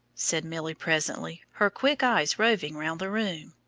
said milly presently, her quick eyes roving round the room.